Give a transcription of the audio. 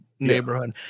neighborhood